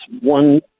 one